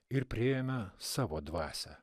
ir priėjome savo dvasią